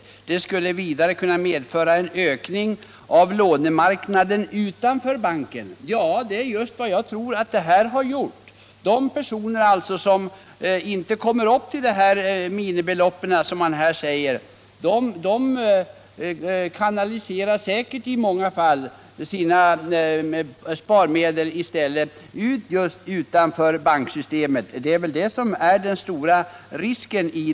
Vidare skulle det kunna medföra en ökning av lånemarknaden utanför bankerna.” Det är just vad jag tror att det har gjort. De personer vilkas sparmedel inte uppgår till de minimibelopp som anges i svaret kanaliserar säkert i många fall ut sina pengar utanför banksystemet. Det är väl det som är den stora risken.